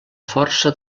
força